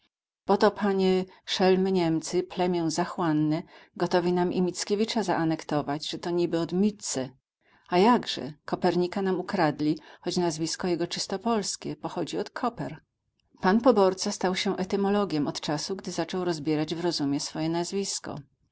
to panie szelmy niemcy plemię zachłanne gotowi nam i mickiewicza zaanektować że to niby od mtze a jakże kopernika nam ukradli choć nazwisko jego czysto polskie pochodzi od koper pan poborca stał się etymologiem od czasu gdy zaczął rozbierać w rozumie swoje nazwisko